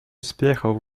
успехов